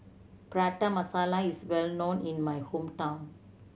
Prata Masala is well known in my hometown